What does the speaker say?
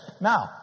Now